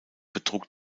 betrug